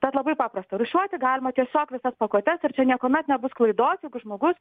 tad labai paprasta rūšiuoti galima tiesiog visas pakuotes ir čia niekuomet nebus klaidos jeigu žmogus